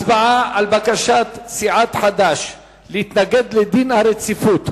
הצבעה על בקשת סיעת חד"ש להתנגד לדין הרציפות: